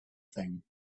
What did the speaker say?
thing